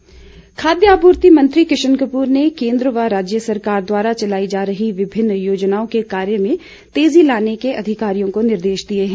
किशन कपूर खाद्य आपूर्ति मंत्री किशन कपूर ने केन्द्र व राज्य सरकार द्वारा चलाई जा रही विभिन्न योजनाओं के कार्य में तेजी लाने के अधिकारियों को निर्देश दिए हैं